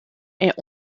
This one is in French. est